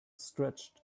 stretched